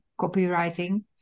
copywriting